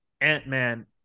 Ant-Man